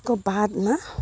यसको बादमा